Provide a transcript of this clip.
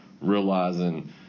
realizing